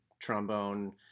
trombone